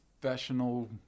professional